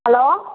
hello